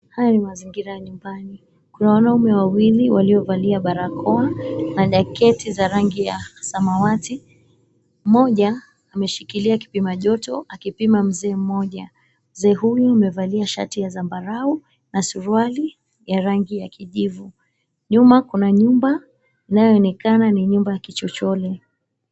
Haya ni mazingira ya nyumbani. Kuna wanaume wawili waliovalia barakoa na jaketi za rangi ya samawati. Mmoja ameshikilia kipima joto akipima mzee mmoja. Mzee huyu amevalia shati ya zambarau na suruali ya rangi ya kijivu. Nyuma kuna nyumba inayoonekana ni nyumba ya kichochole.